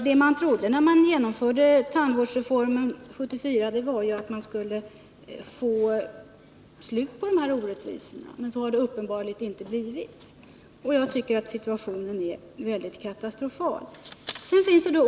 När tandvårdsreformen genomfördes 1974, trodde man ju att man skulle få slut på dessa orättvisor. Så har det uppenbarligen inte blivit, och jag tycker att situationen är katastrofal.